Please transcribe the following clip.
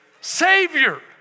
Savior